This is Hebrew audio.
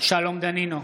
שלום דנינו,